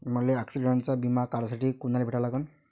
मले ॲक्सिडंटचा बिमा काढासाठी कुनाले भेटा लागन?